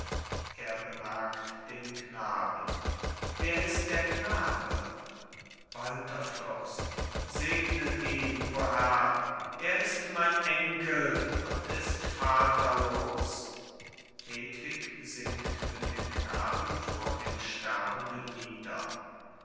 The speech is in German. er bemerkt den knaben wer ist der knabe walther fürst segnet ihn o herr er ist mein enkel und ist vaterlos hedwig sinkt mit dem knaben vor dem sterbenden nieder